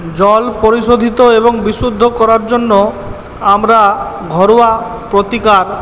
জল পরিশোধিত এবং বিশুদ্ধ করার জন্য আমরা ঘরোয়া প্রতিকার